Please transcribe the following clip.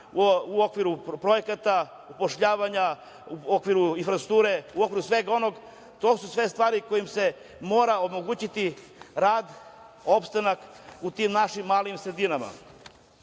u okviru projekata, zapošljavanja, u okviru infrastrukture, u okviru svega onog. To su sve stvari kojim se mora omogućiti rad, opstanak u tim našim malim sredinama. Ja